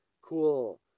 cool